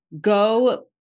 Go